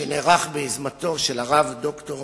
שנערך ביוזמתו של הרב ד"ר